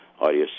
audio